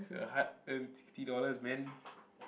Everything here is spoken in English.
is a hard earned sixty dollars man